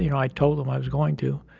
you know i told them i was going to.